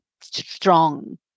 strong